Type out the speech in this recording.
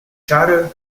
chárter